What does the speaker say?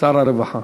שר הרווחה.